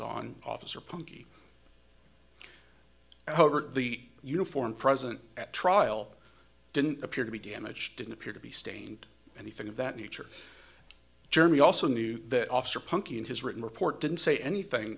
on officer punky the uniform present at trial didn't appear to be damaged didn't appear to be stained anything of that nature germy also knew that officer punky in his written report didn't say anything